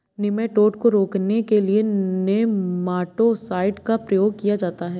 nematode को रोकने के लिए नेमाटो साइड का प्रयोग किया जाता है